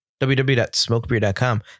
www.smokebeer.com